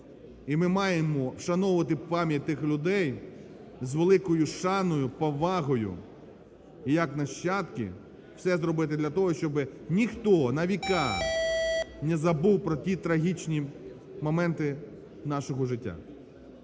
І ми маємо вшановувати пам'ять тих людей з великою шаною, повагою, і як нащадки, все зробити для того, щоб ніхто на віка незабув про ті трагічні моменти нашого життя.